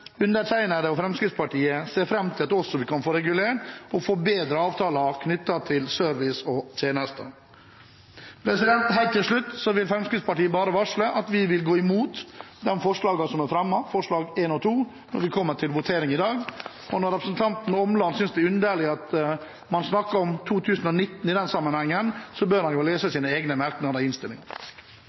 Jeg og Fremskrittspartiet ser fram til at vi også kan få regulert og forbedret avtaler knyttet til service og tjenester. Helt til slutt vil Fremskrittspartiet bare varsle at vi vil gå imot de forslagene som er fremmet – forslagene nr. 1 og 2 – når vi kommer til votering i dag. Når representanten Omland synes det er underlig at man snakker om 2019 i denne sammenhengen, bør han lese sine egne merknader i